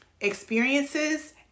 experiences